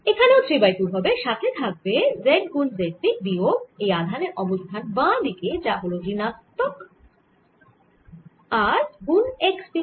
এখানেও 3 বাই 2 হবে সাথে থাকবে z গুন z দিকে বিয়োগ এই আধানের অবস্থান বাঁ দিকে যা হল ঋণাত্মক গুন x দিক